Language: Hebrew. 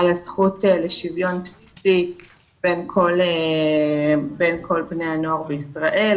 על הזכות לשוויון בסיסי בין כל בני הנוער בישראל,